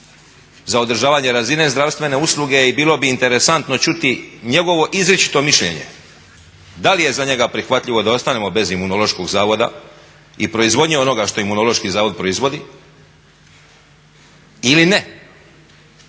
za održavanje razine zdravstvene usluge i bilo bi interesantno čuti njegovo izričito mišljenje da li je za njega prihvatljivo da ostanemo bez Imunološkog zavoda i proizvodnje onoga što Imunološki zavod proizvodi ili ne?